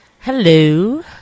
Hello